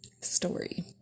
story